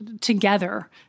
together